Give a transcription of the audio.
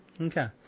Okay